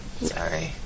Sorry